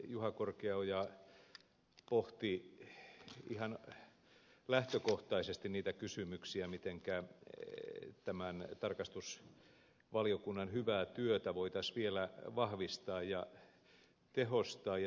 juha korkeaoja pohti ihan lähtökohtaisesti niitä kysymyksiä mitenkä tämän tarkastusvaliokunnan hyvää työtä voitaisiin vielä vahvistaa ja tehostaa